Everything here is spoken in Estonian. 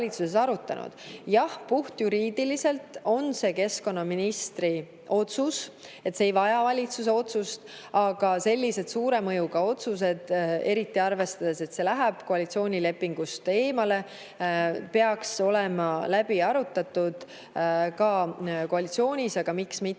Jah, puhtjuriidiliselt on see keskkonnaministri otsus, see ei vaja valitsuse otsust. Aga selline suure mõjuga otsus, eriti arvestades seda, et see [riivab] koalitsioonilepingut, peaks olema läbi arutatud koalitsioonis ja miks mitte